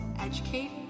educate